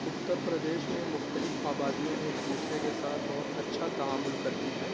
اُتّر پردیش میں مختلف آبادیاں ایک دوسرے كے ساتھ بہت اچّھا تعامّل كرتی ہیں